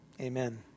amen